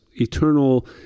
eternal